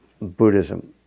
Buddhism